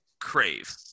Crave